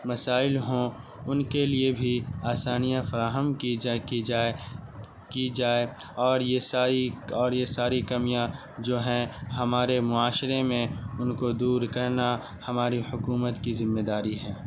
مسائل ہوں ان کے لیے بھی آسانیاں فراہم کی جائے کی جائے کی جائے اور یہ ساری اور یہ ساری کمیاں جو ہیں ہمارے معاشرے میں ان کو دور کرنا ہماری حکومت کی ذمہ داری ہے